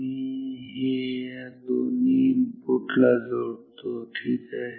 मी हे या दोन्ही इनपुट ला जोडतो ठीक आहे